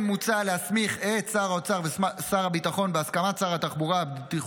מוצע להסמיך את שר האוצר ושר הביטחון בהסכמת שר התחבורה והבטיחות